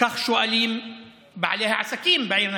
כך שואלים בעלי העסקים בעיר נצרת: